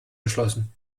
geschlossen